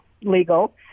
legal